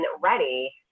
ready